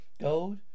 gold